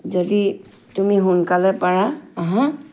যদি তুমি সোনকালে পাৰা আহা